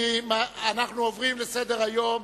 אנחנו עוברים לסדר-היום.